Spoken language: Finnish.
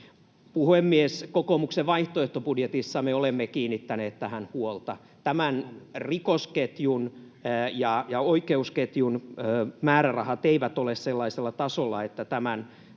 Puhemies! Kokoomuksen vaihtoehtobudjetissa me olemme kiinnittäneet tähän huolta. Nämä rikosketjun ja oikeusketjun määrärahat eivät ole sellaisella tasolla, että tämän